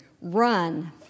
run